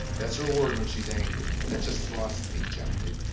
that's her word when she's angry, that just frosts me jeffrey.